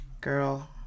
girl